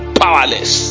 powerless